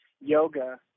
yoga